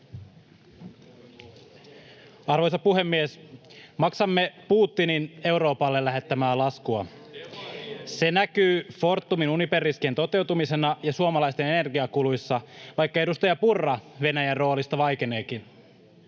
Arvoisa puhemies! Maksamme Putinin Euroopalle lähettämää laskua. [Perussuomalaisten ryhmästä: Demarien!] Se näkyy Fortumin Uniper-riskien toteutumisena ja suomalaisten energiakuluissa, vaikka edustaja Purra Venäjän roolista vaikeneekin.